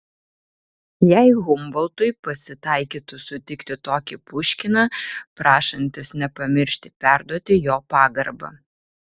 jei humboltui pasitaikytų sutikti tokį puškiną prašantis nepamiršti perduoti jo pagarbą